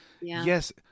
Yes